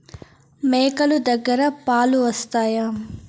మేక లు దగ్గర పాలు వస్తాయా?